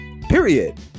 Period